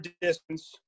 distance